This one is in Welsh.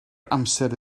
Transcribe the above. amser